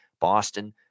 Boston